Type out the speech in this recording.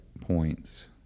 points